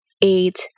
eight